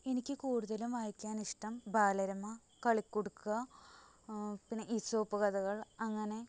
എനിക്ക് കൂടുതലും വായിക്കാനിഷ്ടം ബാലരമ കളിക്കുടുക്ക പിന്നെ ഈസോപ്പ് കഥകള് അങ്ങനെ